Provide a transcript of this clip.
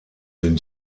den